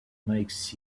makes